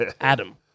Adam